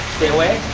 stay away,